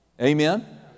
Amen